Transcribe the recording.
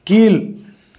கீழ்